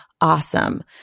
Awesome